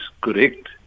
correct